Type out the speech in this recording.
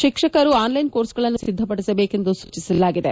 ಶಿಕ್ಷಕರ ಆನ್ಲೈನ್ ಕೋರ್ಸ್ಗಳನ್ನು ಸಿದ್ದಪಡಿಸಬೇಕು ಎಂದು ಸೂಚಿಸಲಾಗಿದೆ